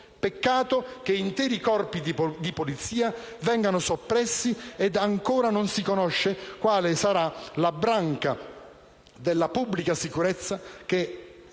Peccato che interi corpi di polizia vengano soppressi ed ancora non si conosce quale sarà la branca della pubblica sicurezza che